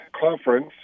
conference